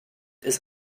ist